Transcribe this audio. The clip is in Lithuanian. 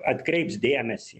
atkreips dėmesį